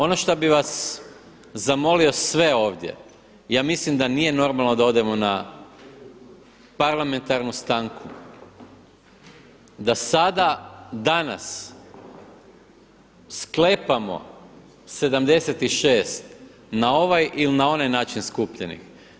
Ono što bih vas zamolio sve ovdje i ja mislim da nije normalno da odemo na parlamentarnu stanku, da sada danas sklepamo 76 na ovaj ili onaj način skupljenih.